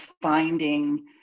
finding